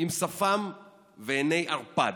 עם שפם ועיני ערפד.